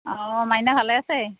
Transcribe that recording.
অঁ মাইনা ভালে আছে